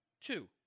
Two